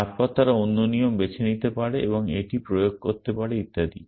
তারপর তারা অন্য নিয়ম বেছে নিতে পারে এবং এটি প্রয়োগ করতে পারে ইত্যাদি